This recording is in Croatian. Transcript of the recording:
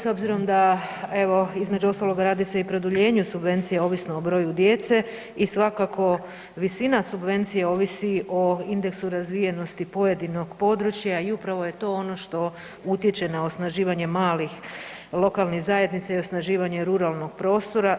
S obzirom da evo između ostaloga radi se i o produljenju subvencija ovisno o broju djece i svakako visina subvencije ovisi o indeksu razvijenosti pojedinog područja i upravo je to ono što utječe na osnaživanje malih lokalnih zajednica i osnaživanje ruralnog prostora.